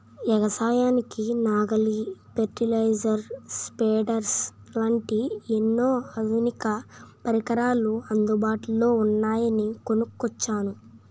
ఎగసాయానికి నాగలి, fertilizer, spreaders లాంటి ఎన్నో ఆధునిక పరికరాలు అందుబాటులో ఉన్నాయని కొనుక్కొచ్చాను